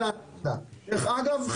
דרך אגב,